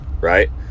right